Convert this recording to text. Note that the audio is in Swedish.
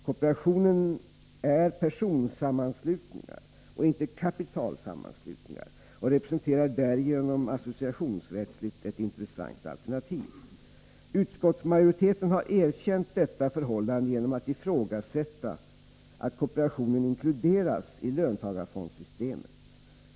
Kooperationen är personsammanslutningar och inte kapitalsammanslutningar och representerar därigenom associationsrättsligt ett intressant alternativ. Utskottsmajori teten har erkänt detta förhållande genom att ifrågasätta att kooperationen inkluderas i löntagarfondssystemet.